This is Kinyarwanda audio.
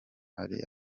ari